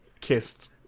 kissed